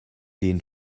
den